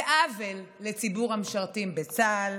זה עוול לציבור המשרתים בצה"ל,